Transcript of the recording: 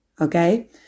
okay